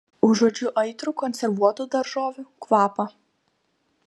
užuodžiu aitrų konservuotų daržovių kvapą